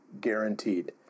guaranteed